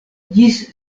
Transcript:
ĝis